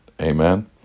amen